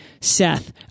Seth